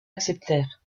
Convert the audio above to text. acceptèrent